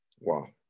Wow